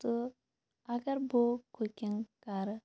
تہٕ اگر بہٕ کُکِںٛگ کَرٕ